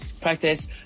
practice